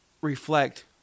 reflect